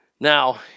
Now